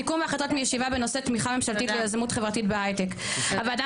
סיכום להחלטות מישיבה בנושא תמיכה ממשלתית ליזמות חברתית בהייטק: הוועדה